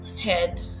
head